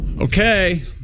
Okay